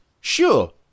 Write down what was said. sure